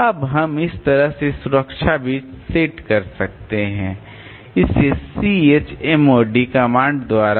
अब हम इस तरह से सुरक्षा बिट्स सेट कर सकते हैं इस chmod कमांड द्वारा